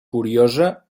curiosa